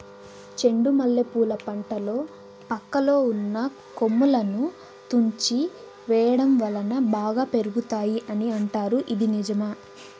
చెండు మల్లె పూల పంటలో పక్కలో ఉన్న కొమ్మలని తుంచి వేయటం వలన బాగా పెరుగుతాయి అని అంటారు ఇది నిజమా?